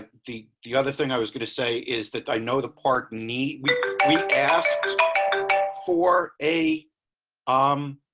the, the other thing i was going to say is that i know the park need asked for a i'm